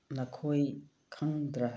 ꯅꯈꯣꯏ ꯈꯪꯗ꯭ꯔ